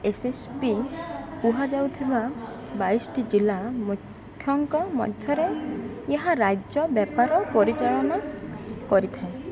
S S P କୁହାଯାଉଥିବା ବାଇଶଟି ଜିଲ୍ଲା ମୁଖ୍ୟଙ୍କ ମାଧ୍ୟମରେ ଏହା ରାଜ୍ୟ ବ୍ୟାପାର ପରିଚାଳନା କରିଥାଏ